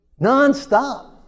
Nonstop